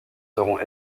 seront